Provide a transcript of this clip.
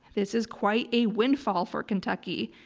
this is quite a windfall for kentucky,